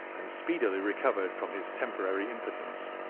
and speedily recovered from his temporary impotence.